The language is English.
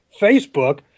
Facebook